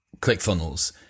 ClickFunnels